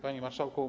Panie Marszałku!